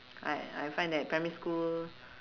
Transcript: I I find that primary school